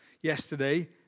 yesterday